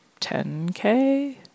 10K